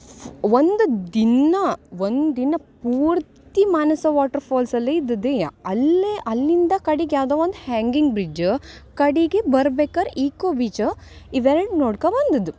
ಸ್ ಒಂದು ದಿನ ಒಂದು ದಿನ ಪೂರ್ತಿ ಮಾನಸ ವಾಟ್ರ್ಫಾಲ್ಸಲ್ಲೇ ಇದ್ದದ್ದೆ ಅಲ್ಲೇ ಅಲ್ಲಿಂದ ಕಡಿಗೆ ಯಾವುದೋ ಒಂದು ಹ್ಯಾಂಗಿಂಗ್ ಬ್ರಿಡ್ಜ್ ಕಡೆಗೆ ಬರ್ಬೇಕಾರೆ ಈಕೋ ಬೀಚ್ ಇವೆರಡು ನೋಡ್ಕ ಬಂದದ್ದು